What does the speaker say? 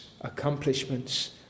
accomplishments